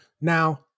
Now